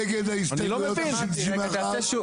מי נגד ההסתייגויות 91-90?